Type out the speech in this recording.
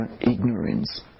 ignorance